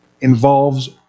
involves